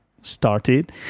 started